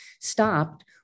stopped